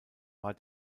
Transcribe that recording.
war